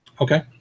Okay